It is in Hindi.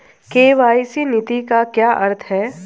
के.वाई.सी नीति का क्या अर्थ है?